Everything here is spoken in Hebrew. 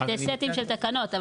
של תקנות.